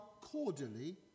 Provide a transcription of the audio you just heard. cordially